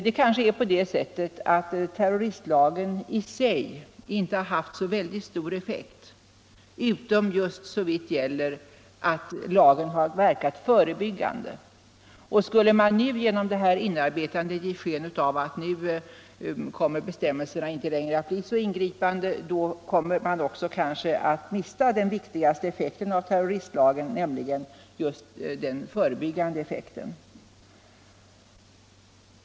Det kanske är så att terroristlagen i sig inte har haft så väldigt stor effekt utom därigenom att lagen har verkat förebyggande. Skulle man genom inarbetandet ge sken av att nu skall bestämmelserna inte längre bli så ingripande, så kommer man kanske också att mista den viktigaste effekten av terroristlagen, nämligen just den förebyggande effekten.